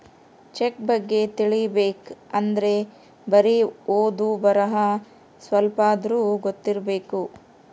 check ಬಗ್ಗೆ ತಿಲಿಬೇಕ್ ಅಂದ್ರೆ ಬರಿ ಓದು ಬರಹ ಸ್ವಲ್ಪಾದ್ರೂ ಗೊತ್ತಿರಬೇಕು